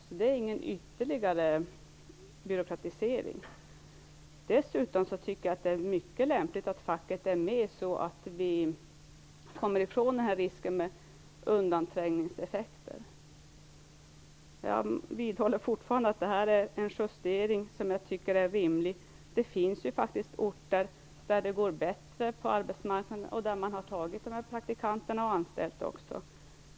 Detta är ingen ytterligare byråkratisering. Dessutom tycker jag att det är mycket lämpligt att facket är med i diskussionerna så att vi kommer bort från risken med undanträngningseffekter. Jag vidhåller att denna justering är rimlig. Det finns orter där arbetsmarknaden är bättre och där man tagit emot och också anställt praktikanter.